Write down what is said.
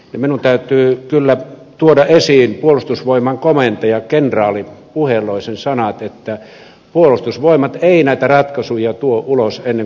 minun täytyy kyllä tuoda esiin puolustusvoimain komentajan kenraali puheloisen sanat että puolustusvoimat ei näitä ratkaisuja tuo ulos ennen kuin tammikuussa